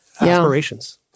aspirations